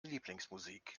lieblingsmusik